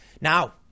Now